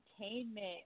entertainment